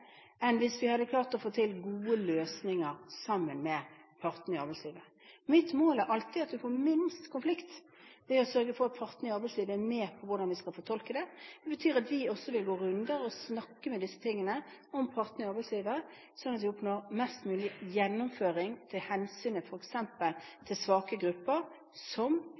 enn hvis vi hadde klart å få til gode løsninger sammen med partene i arbeidslivet. Mitt mål er alltid at man får minst konflikt ved å sørge for at partene i arbeidslivet er med på hvordan vi skal fortolke det. Det betyr at vi også vil gå runder og snakke om disse tingene med partene i arbeidslivet, sånn at vi oppnår mest mulig gjennomføring med hensyn til svake grupper, f.eks. de som bor på Ladegården sykehjem, eller de med psykiske utfordringer som